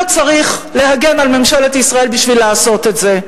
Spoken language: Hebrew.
לא צריך להגן על ממשלת ישראל בשביל לעשות את זה,